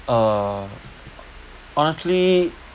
uh honestly